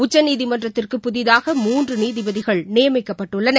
உச்சநீதிமன்றத்திற்கு புதிதாக மூன்றுநீதிபதிகள் நியமிக்கப்பட்டுள்ளனர்